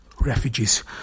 refugees